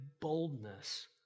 boldness